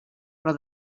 però